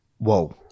Whoa